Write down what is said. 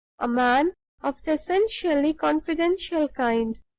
a man of the essentially confidential kind,